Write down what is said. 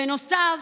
בנוסף,